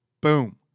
Boom